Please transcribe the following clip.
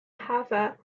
haifa